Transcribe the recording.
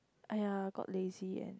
!aiya! got lazy and